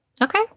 Okay